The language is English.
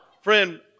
friend